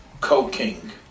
co-king